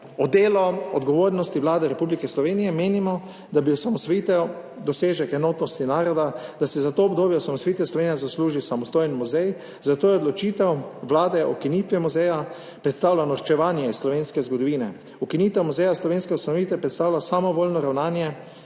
delu in odgovornosti Vlade Republike Slovenije menimo, da je bila osamosvojitev dosežek enotnosti naroda, da si za to obdobje osamosvojitve Slovenija zasluži samostojen muzej, zato odločitev Vlade o ukinitvi muzeja predstavlja norčevanje iz slovenske zgodovine. Ukinitev Muzeja slovenske osamostvojitve predstavlja samovoljno ravnanje,